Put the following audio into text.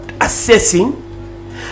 assessing